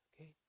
Okay